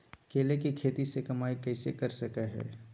केले के खेती से कमाई कैसे कर सकय हयय?